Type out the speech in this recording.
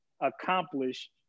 accomplish